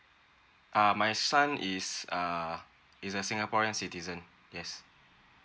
uh my son is uh is a singaporean citizen yes